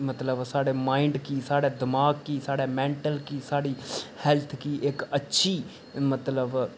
मतलब साढ़े माइंड गी साढ़े दिमाग गी साढ़े मेंटल गी साढ़ी हेल्थ गी इक अच्छी मतलब